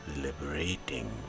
liberating